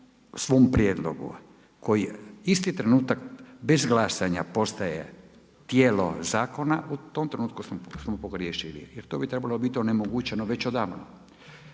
svom prijedlogu koji isti trenutak bez glasanja postaje tijelo zakona u tom trenutku smo pogriješili jer to bi trebalo biti onemogućeno već odavno.